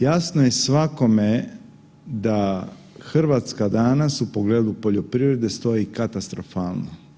Jasno je svakome da Hrvatska danas u pogledu poljoprivrede stoji katastrofalno.